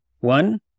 One